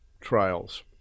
trials